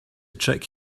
trick